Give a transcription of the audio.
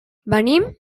venim